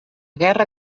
guerra